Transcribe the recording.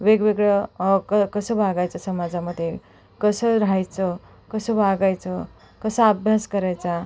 वेगवेगळं क कसं वागायचं समाजामध्ये कसं राहायचं कसं वागायचं कसा अभ्यास करायचा